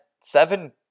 seven